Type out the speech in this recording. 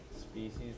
species